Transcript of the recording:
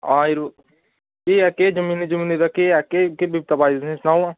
हां यरो केह् ऐ केह् जमीन जमीन दा केह् ऐ केह् केह् बिपता पाई दी तुसें ई सनाओ हां